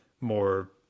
more